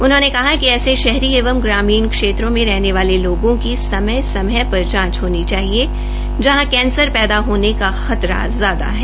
उन्होंने कहा कि ऐसे शहरी एवं ग्रामीण क्षेत्रों में रहने वाले लोगों की समय समय पर जांच होनी चाहिए जहां कैंसर पैदा होने का खतरा ज्यादा है